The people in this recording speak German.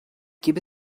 gebe